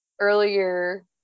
earlier